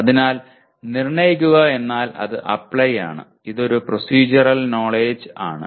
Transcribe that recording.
അതിനാൽ നിർണ്ണയിക്കുക എന്നാൽ അത് അപ്ലൈ ആണ് ഇത് ഒരു പ്രോസെഡ്യൂറൽ നോലെഡ്ജ് ആണ്